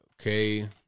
Okay